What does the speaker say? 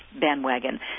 bandwagon